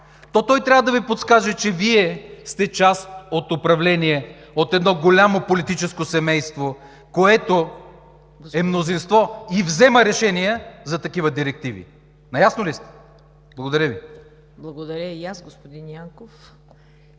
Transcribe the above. то той трябва да Ви подскаже, че Вие сте част от управление от едно голямо политическо семейство, което е мнозинство и взема решения за такива директиви. Наясно ли сте?! Благодаря Ви. ПРЕДСЕДАТЕЛ ЦВЕТА